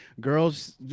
girls